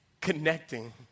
connecting